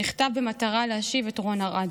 נכתב במטרה להשיב את רון ארד.